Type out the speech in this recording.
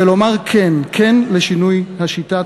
כן לשינוי השיטה.